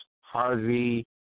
Harvey